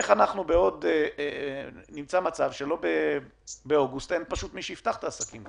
איך לא נמצא מצב שבאוגוסט אין פשוט מי שיפתח את העסקים האלה.